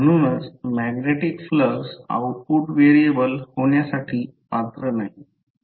म्हणूनच magnetic flux output variable होण्यासाठी पात्र नाही